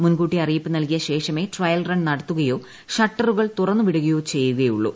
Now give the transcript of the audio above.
മുൻകൂട്ടി അറിയിപ്പ് നൽകിയ ശേഷമേ ട്രയൽ റൺ നടത്തുകയോ ഷട്ടറുകൾ തുറന്നുവിടുകയോ ചെയ്യുകയുള്ളൂ